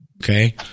Okay